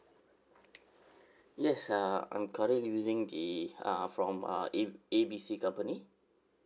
yes uh I'm currently using the uh from uh A~ A B C company